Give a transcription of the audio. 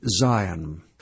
Zion